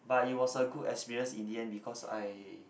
but it was a good experience in the end because I